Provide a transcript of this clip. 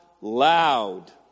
loud